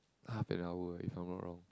half an hour if I'm not wrong